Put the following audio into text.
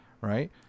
Right